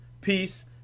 peace